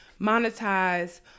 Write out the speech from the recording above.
monetize